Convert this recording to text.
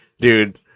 Dude